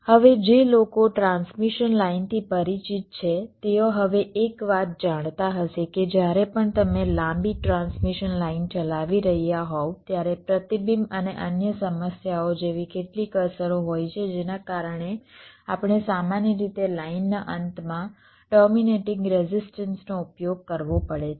હવે જે લોકો ટ્રાન્સમિશન લાઈન થી પરિચિત છે તેઓ હવે એક વાત જાણતા હશે કે જ્યારે પણ તમે લાંબી ટ્રાન્સમિશન લાઈન ચલાવી રહ્યા હોવ ત્યારે પ્રતિબિંબ અને અન્ય સમસ્યાઓ જેવી કેટલીક અસરો હોય છે જેના કારણે આપણે સામાન્ય રીતે લાઈનનાં અંતમાં ટર્મિનેટિંગ રેઝિસ્ટન્સ નો ઉપયોગ કરવો પડે છે